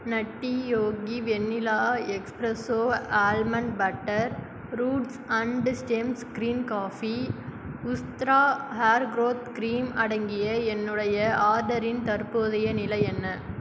Nutty Yogi vanilla espresso almond butter roots and stems green coffee Ustraa hair growth cream அடங்கிய என்னுடைய ஆர்டரின் தற்போதைய நிலை என்ன